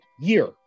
year